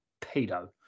pedo